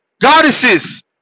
goddesses